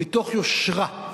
מתוך יושרה,